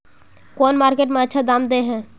कौन मार्केट में अच्छा दाम दे है?